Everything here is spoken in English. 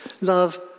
Love